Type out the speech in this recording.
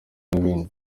n’ibindi